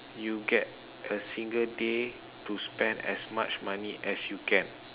you get a single day to spend as much money as you can